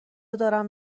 دارم